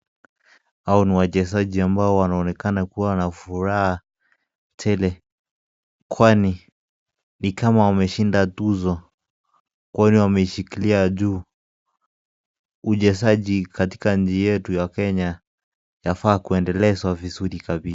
Hawa ni wachezaji ambao wanaonekana kuwa na furaha tele, kwani ni kama wameshinda tu, tuzo kwani wameshikilia juu, uchezaji katika nchi yetu Kenya inafaa kuendelezwa zaidi.